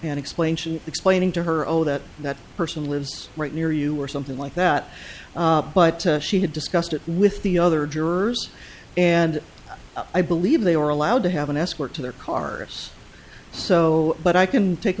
and explain ssion explaining to her oh that that person lives right near you or something like that but she had discussed it with the other jurors and i believe they were allowed to have an escort to their cars so but i can take